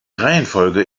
reihenfolge